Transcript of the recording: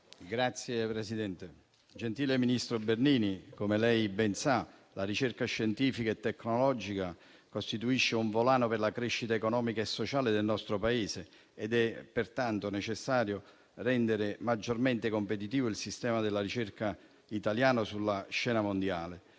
Signor Presidente, gentile ministro Bernini, come lei ben sa, la ricerca scientifica e tecnologica costituisce un volano per la crescita economica e sociale del nostro Paese ed è pertanto necessario rendere maggiormente competitivo il sistema della ricerca italiano sulla scena mondiale,